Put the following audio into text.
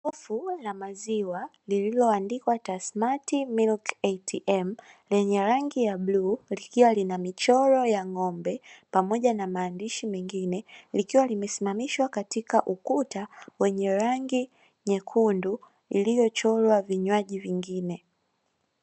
Jokofu la maziwa lililoandikw atasmati milki eitiem lenye rangi ya bluu likiwa lina michoro ya ng'ombe, pamoja na maandishi mengine likiwa limesimamishwa katika ukuta wenye rangi nyekundu, iliyochorwa vinywaji vingine.